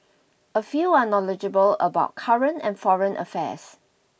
a few are knowledgeable about current and foreign affairs